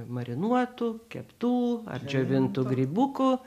marinuotų keptų ar džiovintų grybukų